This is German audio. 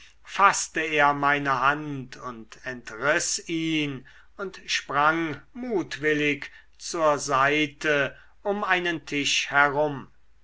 faßte er meine hand und entriß ihn und sprang mutwillig zur seite um einen tisch herum